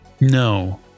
No